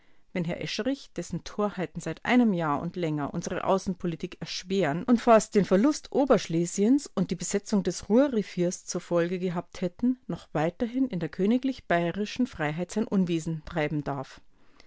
wenn herr escherich dessen torheiten seit einem jahr und länger unsere außenpolitik erschweren und fast den verlust oberschlesiens und die besetzung des ruhrreviers zur folge gehabt hätten noch weiterhin in der königlich bayerischen freiheit sein unwesen treiben darf